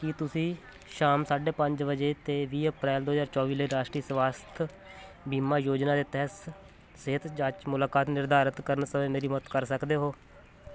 ਕੀ ਤੁਸੀਂ ਸ਼ਾਮ ਸਾਢੇ ਪੰਜ ਵਜੇ 'ਤੇ ਵੀਹ ਅਪ੍ਰੈਲ ਦੋ ਹਜ਼ਾਰ ਚੌਵੀ ਲਈ ਰਾਸ਼ਟਰੀ ਸਵਾਸਥ ਬੀਮਾ ਯੋਜਨਾ ਦੇ ਤਹਿਤ ਸਿਹਤ ਜਾਂਚ ਮੁਲਾਕਾਤ ਨਿਰਧਾਰਤ ਕਰਨ ਸ ਮੇਰੀ ਮਦਦ ਕਰ ਸਕਦੇ ਹੋ